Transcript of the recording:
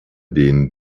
den